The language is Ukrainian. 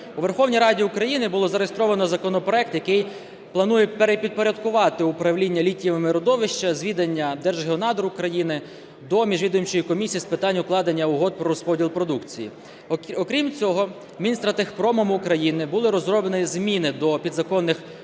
У Верховній Раді України було зареєстровано законопроект, який планує перепідпорядкувати управління літієвими родовищами з відання Держгеонадр України до Міжвідомчої комісії з питань укладення угод про розподіл продукції. Окрім цього Мінстратегпромом України були розроблені зміни до підзаконних